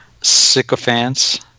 sycophants